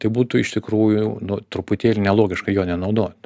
tai būtų iš tikrųjų nu truputėlį nelogiška jo nenaudot